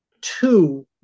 two